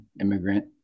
immigrant